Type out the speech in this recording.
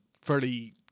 fairly